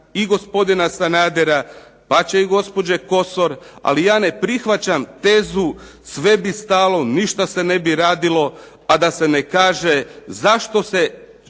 i gospodina Sanadera, pa će i gospođe Kosor, ali ja ne prihvaćam tezu sve bi stalo, ništa se ne bi radilo, a da se ne kaže zašto se